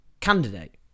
candidate